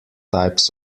types